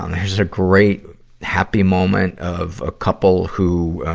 there's a great happy moment of a couple who,